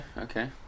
Okay